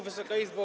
Wysoka Izbo!